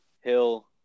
Hill